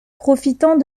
profitant